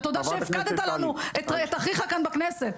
ותודה שהפקדת לנו את אחיך כאן בכנסת.